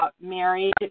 married